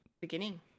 Beginning